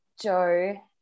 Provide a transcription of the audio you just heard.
Joe